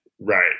Right